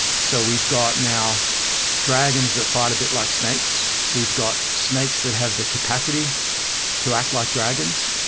so we've got now dragons that fought a bit like snakes, we've got snakes that have the capacity to act like dragons.